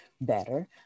better